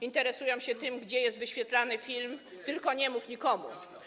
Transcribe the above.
Interesują się tym, gdzie jest wyświetlany film „Tylko nie mów nikomu”